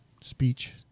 speech